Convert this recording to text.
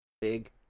Big